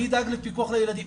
מי ידאג לפיקוח על הילדים.